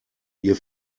ihr